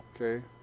Okay